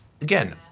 again